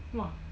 !wah!